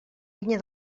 vinya